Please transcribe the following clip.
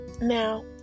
Now